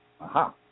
Aha